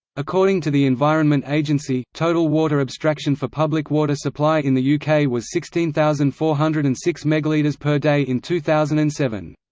according to the environment agency, total water abstraction for public water supply in the yeah uk was sixteen thousand four hundred and six megalitres per day in two thousand and seven.